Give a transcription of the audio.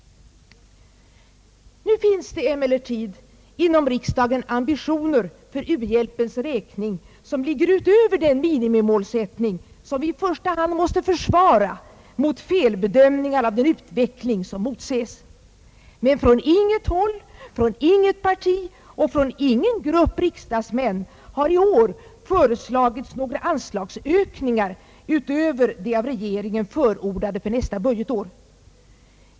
Nu finns det emellertid inom riksdagen ambitioner för u-hjälpens räkning som ligger utöver den minimimålsättning som vi i första hand måste försvara mot felbedömningar av den utveckling som motses. Men från inget håll, från inget parti och från ingen grupp riksdagsmän har i år föreslagits några anslagsökningar utöver de av regeringen förordade för nästa budgetår.